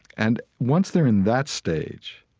and once they're in that stage,